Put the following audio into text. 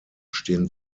stehen